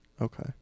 Okay